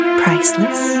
priceless